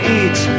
eat